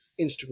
instagram